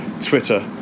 Twitter